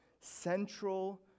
central